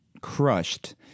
crushed